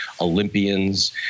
Olympians